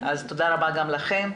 תודה רבה לכם.